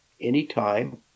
anytime